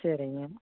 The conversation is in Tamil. சரிங்க